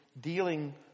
dealing